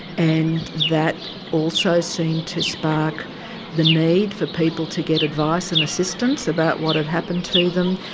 and that also seemed to spark the need for people to get advice and assistance about what had happened to them.